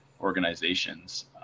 Organizations